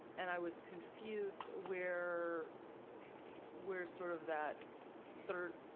and i was confused where where sort of that third,